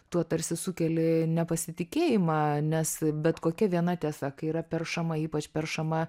tuo tarsi sukėli nepasitikėjimą nes bet kokia viena tiesa kai yra peršama ypač peršama